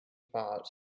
apart